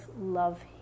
love